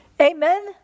Amen